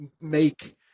make